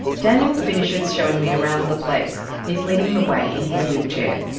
daniel finishes showing me around the place, he's leading the way in his wheelchair.